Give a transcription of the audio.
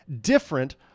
different